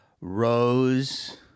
Rose